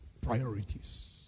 priorities